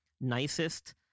nicest